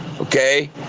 Okay